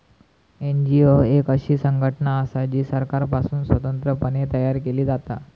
NGO एक अशी संघटना असा जी सरकारपासुन स्वतंत्र पणे तयार केली जाता